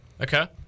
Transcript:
okay